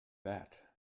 that